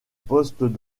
postes